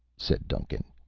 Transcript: said duncan.